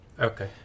Okay